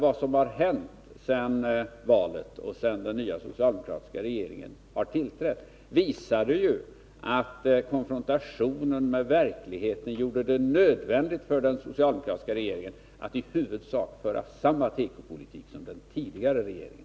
Vad som hänt sedan valet och sedan den nya socialdemokratiska regeringen tillträtt har ju visat att konfrontationen med verkligheten gjorde det nödvändigt för den socialdemokratiska regeringen att i huvudsak föra samma tekopolitik som den tidigare regeringen.